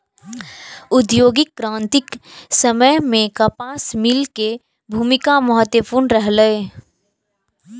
औद्योगिक क्रांतिक समय मे कपास मिल के भूमिका महत्वपूर्ण रहलै